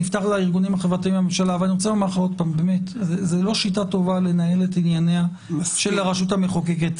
זאת לא שיטה טובה לנהל את ענייניה של הרשות המחוקקת.